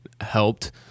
helped